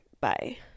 Bye